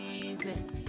business